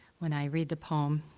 when i read the poem ah,